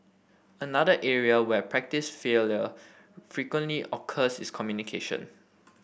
another area where practise frequently occurs is communication